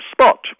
spot